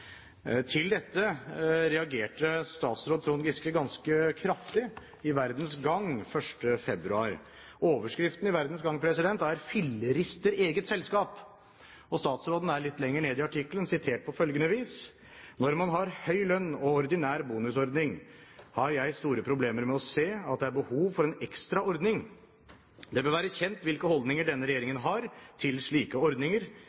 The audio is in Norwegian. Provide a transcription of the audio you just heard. dette reagerte statsråd Trond Giske ganske kraftig i Verdens Gang 1. februar. Overskriften i Verdens Gang var: «Fillerister eget selskap». Statsråden ble litt lenger nede i artikkelen sitert på følgende vis: «Når man har høy lønn og ordinær bonusordning, har jeg store problemer med å se at det er behov for en ekstra ordning. Det bør være kjent hvilke holdninger denne regjeringen har til slike ordninger.»